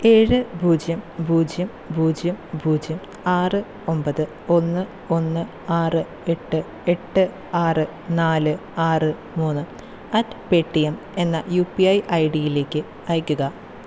ഏഴ് പൂജ്യം പൂജ്യം പൂജ്യം പൂജ്യം ആറ് ഒമ്പത് ഒന്ന് ഒന്ന് ആറ് എട്ട് എട്ട് ആറ് നാല് ആറ് മൂന്ന് അറ്റ് പേ ടി എം എന്ന യു പി ഐ ഐ ഡിയിലേക്ക് അയയ്ക്കുക